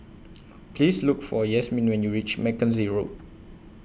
Please Look For Yasmine when YOU REACH Mackenzie Road